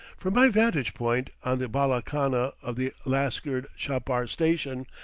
from my vantage point on the bala-khana of the lasgird chapar station,